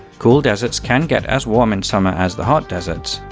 cool deserts can get as warm in summer as the hot deserts,